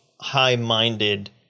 high-minded